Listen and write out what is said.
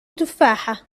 تفاحة